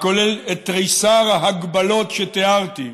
הכולל את תריסר ההגבלות שתיארתי,